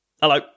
Hello